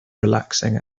relaxing